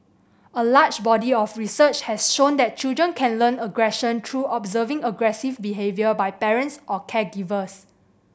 a large body of research has shown that children can learn aggression through observing aggressive behaviour by parents or caregivers